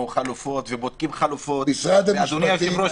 שמאשר וגם --- בחלק של קדם המעצר.